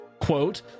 quote